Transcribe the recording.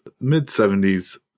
mid-70s